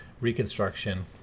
Reconstruction